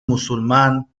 musulmán